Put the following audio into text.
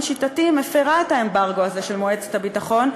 שיטתי את האמברגו הזה של מועצת הביטחון.